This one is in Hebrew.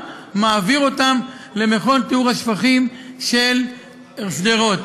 ומעביר אותם למכון טיהור השפכים של שדרות.